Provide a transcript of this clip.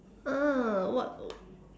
uh what